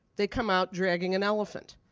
they come out dragging an elephant.